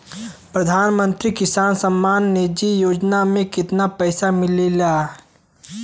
प्रधान मंत्री किसान सम्मान निधि योजना में कितना पैसा मिलेला?